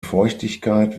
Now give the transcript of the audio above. feuchtigkeit